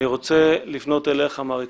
אני רוצה לפנות אליך, מר יצחק,